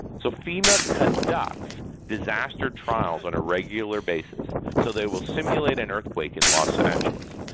so fema conducts disaster trials on a regular basis. so they will simulate an earthquake in los angeles.